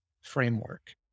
framework